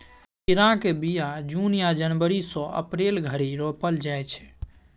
खीराक बीया जुन या जनबरी सँ अप्रैल धरि रोपल जाइ छै